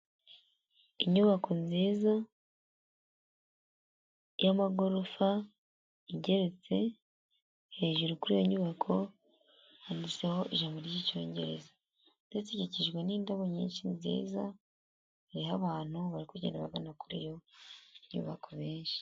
Inyubako nziza y'amagorofa igeretse hejuru kuri iyo nyubako handitseho ijambo ry'icyongereza ,ndetse ikikijwe n'indabo nyinshi nziza hari n' abantu bari kugenda bagana kuri iyo nyubako benshi.